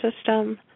system